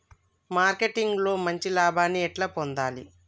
Marketing లో మంచి లాభాల్ని ఎట్లా పొందాలి?